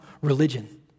religion